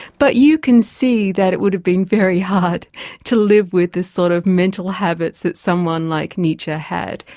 but you can see that it would have been very hard to live with the sort of mental habits that someone like nietzsche had,